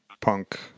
punk